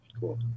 Cool